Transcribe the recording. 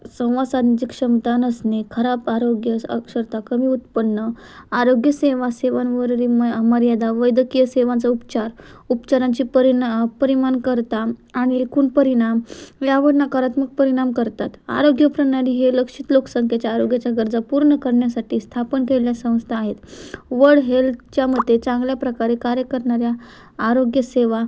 संवासांजिक क्षमता नसणे खराब आरोग्य साक्षरता कमी उत्पन्न आरोग्यसेवा सेवांवरील मर्यादा वैद्यकीय सेवांचा उपचार उपचारांची परिणा परिणामकारकता आणि एकुण परिणाम यावर नकारात्मक परिणाम करतात आरोग्यप्रणाली हे लक्षित लोकसंख्येच्या आरोग्याच्या गरजा पूर्ण करण्यासाठी स्थापन केलेल्या संस्था आहेत वड हेल्थच्यामध्ये चांगल्या प्रकारे कार्य करणाऱ्या आरोग्यसेवा